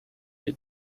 yew